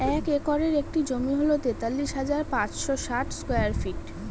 এক একরের একটি জমি হল তেতাল্লিশ হাজার পাঁচশ ষাট স্কয়ার ফিট